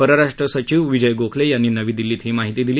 परराष्ट्र सचिव विजय गोखले यांनी नवी दिल्लीत ही माहिती दिली